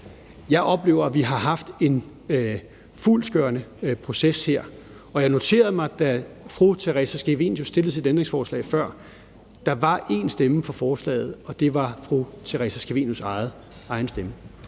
Jeg oplever, at vi har haft en fyldestgørende proces her. Og jeg noterede mig, da vi stemte om fru Theresa Scavenius' ændringsforslag før, at der var 1 stemme for forslaget, og det var fru Theresa Scavenius' egen stemme.